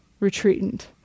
retreatant